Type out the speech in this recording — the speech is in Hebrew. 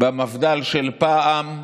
במפד"ל של פעם,